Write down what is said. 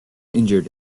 injured